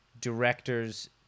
directors